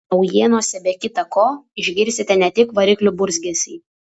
naujienose be kita ko išgirsite ne tik variklių burzgesį